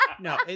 No